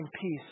peace